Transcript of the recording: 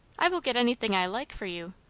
i will get anything i like for you.